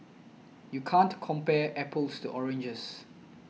you can't compare apples to oranges